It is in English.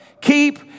Keep